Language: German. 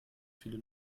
viele